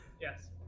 Yes